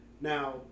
Now